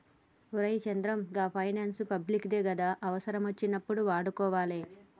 ఒరే చంద్రం, గా finance public దే గదా, అవుసరమచ్చినప్పుడు వాడుకోవాలె